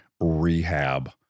rehab